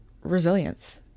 resilience